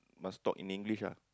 must talk in English lah